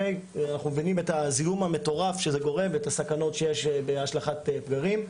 אנחנו מבינים את הזיהום המטורף שזה גורם ואת הסכנות שיש בהשלכת פגרים.